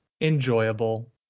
enjoyable